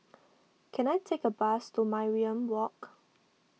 can I take a bus to Mariam Walk